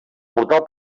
portal